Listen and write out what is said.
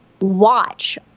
watch